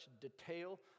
detail